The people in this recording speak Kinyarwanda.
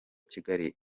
kigali